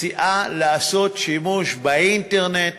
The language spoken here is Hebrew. מציעה לעשות שימוש באינטרנט